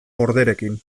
orderekin